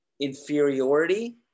inferiority